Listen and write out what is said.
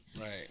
Right